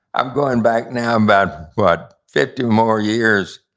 i'm going back now about, what, fifty more years.